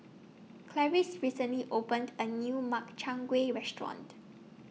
Clarice recently opened A New Makchang Gui Restaurant